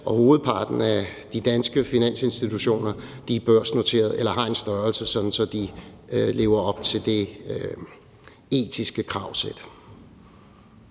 og hovedparten af de danske finansinstitutioner er børsnoteret eller har en størrelse, sådan at de lever op til det etiske kravsæt.